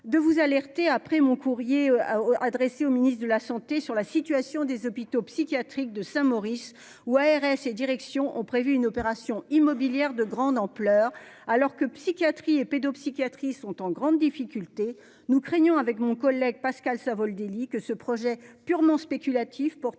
de vous alerter après mon courrier. Adressé au ministre de la santé sur la situation des hôpitaux psychiatriques de Saint-Maurice ou ARS et direction ont prévu une opération immobilière de grande ampleur alors que psychiatrie et pédopsychiatrie sont en grande difficulté. Nous craignons avec mon collègue Pascal Savoldelli que ce projet purement spéculatif, porte